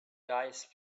dice